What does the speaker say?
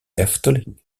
efteling